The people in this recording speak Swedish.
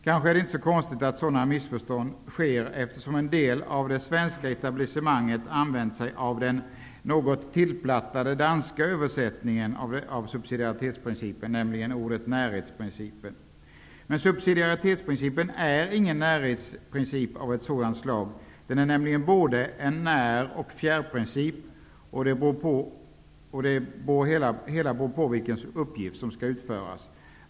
Kanske är det inte så konstigt att sådana missförstånd sker, eftersom en del av det svenska etablissemanget använt sig av den något tillplattade danska översättningen av ordet subsidiaritetsprincipen, nämligen ''närhetsprincipen''. Men subsidiaritetsprincipen är ingen närhetsprincip av sådant slag. Den är nämligen både en när och en fjärrprincip. Och det hela beror på vilken uppgift som skall utföras.